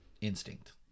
instinct